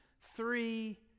three